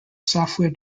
software